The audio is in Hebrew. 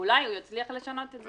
אולי הוא יצליח לשנות את זה.